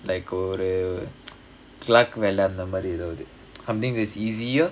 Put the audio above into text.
like ஒரு:oru clerk வேல அந்தமாரி எதாவது:vela anthamaari ethaavathu something that's easier